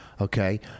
okay